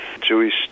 Jewish